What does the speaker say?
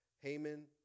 Haman